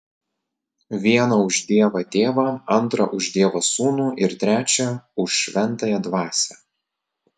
vieną už dievą tėvą antrą už dievą sūnų ir trečią už šventąją dvasią